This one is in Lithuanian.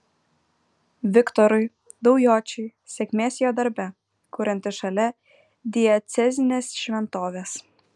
viktorui daujočiui sėkmės jo darbe kuriantis šalia diecezinės šventovės